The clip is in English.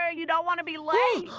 ah you don't want to be late.